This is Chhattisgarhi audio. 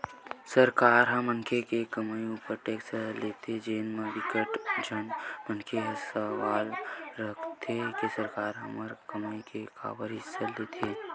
सरकार ह मनखे के कमई उपर टेक्स लेथे जेन म बिकट झन मनखे के सवाल रहिथे के सरकार ह हमर कमई के काबर हिस्सा लेथे